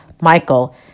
Michael